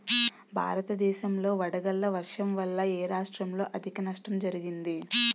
భారతదేశం లో వడగళ్ల వర్షం వల్ల ఎ రాష్ట్రంలో అధిక నష్టం జరిగింది?